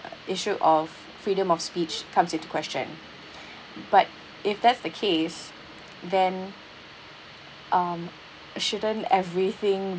issue of freedom of speech comes into question but if that's the case then um shouldn't everything